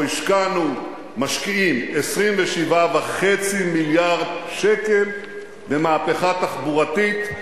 אנחנו משקיעים 27.5 מיליארד שקל במהפכה תחבורתית,